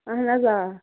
اَہَن حظ آ